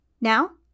Now